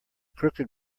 crooked